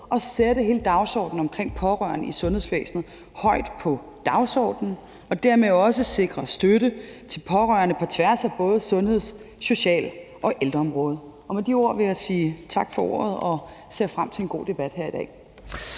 at sætte hele dagsordenen omkring pårørende i sundhedsvæsenet højt på dagsordenen og dermed også sikre støtte til pårørende på tværs af både sundheds-, social- og ældreområdet. Med de ord vil jeg sige tak for ordet. Jeg ser frem til en god debat her i dag.